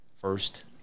first